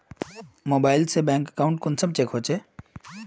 Mobile से bank account कुंसम check होचे?